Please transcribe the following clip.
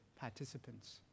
participants